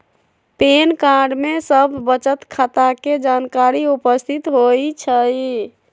pan card में सभ बचत खता के जानकारी उपस्थित होइ छइ